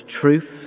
truth